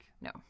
No